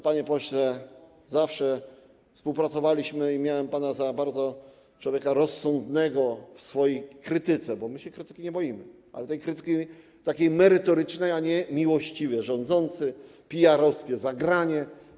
Panie pośle, zawsze współpracowaliśmy i miałem pana za bardzo rozsądnego człowieka w swojej krytyce, bo my się krytyki nie boimy, ale takiej krytyki merytorycznej, a nie: miłościwie rządzący, pijarowskie zagranie.